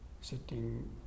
sitting